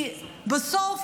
כי בסוף,